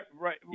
right –